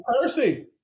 Percy